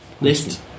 list